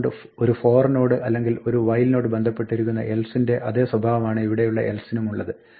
അതുകൊണ്ട് ഒരു for നോട് അല്ലെങ്കിൽ ഒരു while നോട് ബന്ധപ്പെട്ടിരിക്കുന്ന else ന്റെ അതേ സ്വഭാവമാണ് ഇവിടെയുള്ള else നുമുള്ളത്